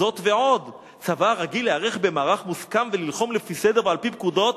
"זאת ועוד: צבא הרגיל להיערך במערך מוסכם וללחום לפי סדר ועל-פי פקודות,